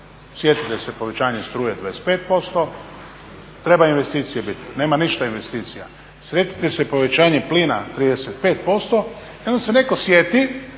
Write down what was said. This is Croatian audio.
Sjetite se povećanja struje 25%, treba investicija bit, nema ništa investicija. Sjetite se povećanja plana 35% i onda se neko sjeti